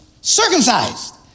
circumcised